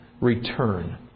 Return